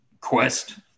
quest